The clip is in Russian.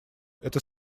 это